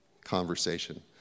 conversation